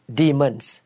demons